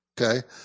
Okay